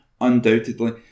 Undoubtedly